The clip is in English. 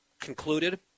concluded